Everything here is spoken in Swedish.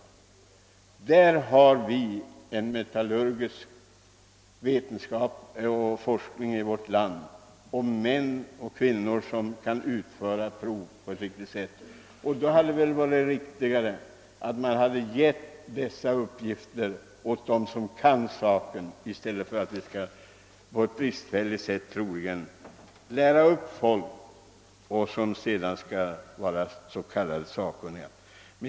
Vi har en metallurgisk forskning i vårt land och män och kvinnor som kan utföra behövliga prov. Det hade väl då varit riktigare att låta dem sköta den uppgiften än att på ett förmodligen bristfälligt sätt lära upp andra som sedan skall vara s.k. sakkunniga.